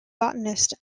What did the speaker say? botanist